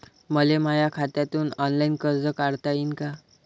मले माया खात्यातून ऑनलाईन कर्ज काढता येईन का?